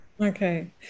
Okay